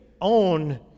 own